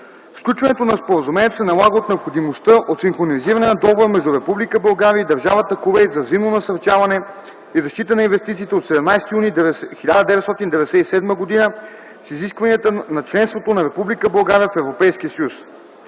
Сключването на Споразумението се налага от необходимостта от синхронизиране на Договора между Република България и Държавата Кувейт за взаимно насърчаване и защита на инвестициите от 17 юни 1997 г. с изискванията на членството на Република